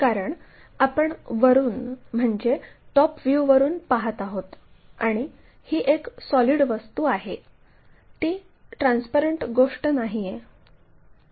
कारण आपण वरुन म्हणजे टॉप व्ह्यूवरून पाहत आहोत आणि ही एक सॉलिड वस्तू आहे ती ट्रान्स्परंट गोष्ट नाहीये